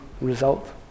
result